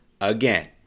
again